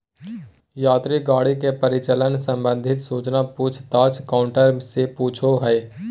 यात्री गाड़ी के परिचालन संबंधित सूचना पूछ ताछ काउंटर से पूछो हइ